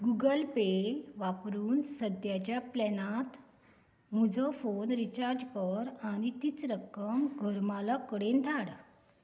Google Pay वापरून सद्याच्या प्लॅनांत म्हजो फोन रिचार्ज कर आनी तीच रक्कम घर मालक कडेन धाड